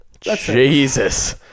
Jesus